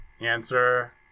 answer